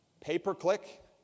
Pay-per-click